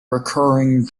recurring